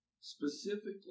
specifically